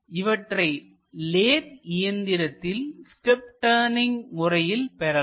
இவற்றை லேத் இயந்திரத்தில் step turning முறையில் பெறலாம்